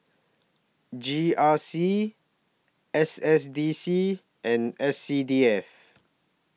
G R C S S D C and S C D F